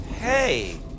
Hey